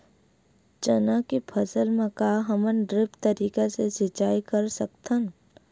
चना के फसल म का हमन ड्रिप तरीका ले सिचाई कर सकत हन?